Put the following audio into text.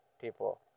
people